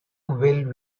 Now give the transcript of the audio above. will